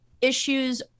issues